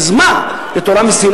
אז מה, זאת תורה מסיני?